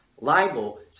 libel